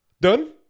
Done